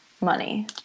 money